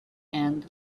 and